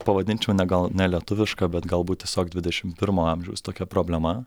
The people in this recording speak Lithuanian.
pavadinčiau ne gal ne lietuviška bet galbūt tiesiog dvidešimt pirmo amžiaus tokia problema